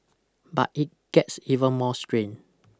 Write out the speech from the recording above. but it gets even more strange